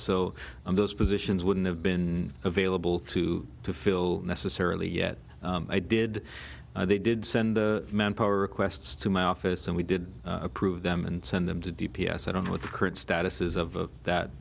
so those positions wouldn't have been available to to fill necessarily yet i did and they did send the manpower requests to my office and we did approve them and send them to d p s i don't know what the current status is of that